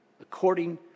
according